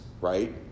right